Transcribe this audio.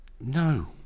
No